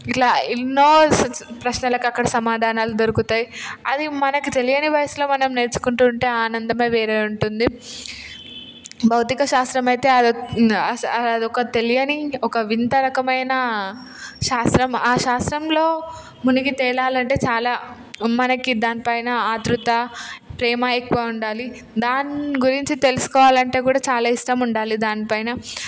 ఇట్లా ఎన్నో ప్రశ్నలకి అక్కడ సమాధానాలు దొరుకుతాయి అవి మనకి తెలియని వయసులో మనం నేర్చుకుంటుంటే ఆనందమే వేరే ఉంటుంది భౌతిక శాస్త్రమైతే అదొక తెలియని ఒక వింత రకమైన శాస్త్రం ఆ శాస్త్రంలో మునిగి తేలాలి అంటే చాలా మనకి దానిపైన ఆతురత ప్రేమ ఎక్కువ ఉండాలి దాని గురించి తెలుసుకోవాలి అంటే కూడా చాలా ఇష్టం ఉండాలి దానిపైన